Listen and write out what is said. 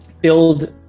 build